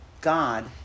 God